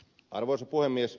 arvoisa puhemies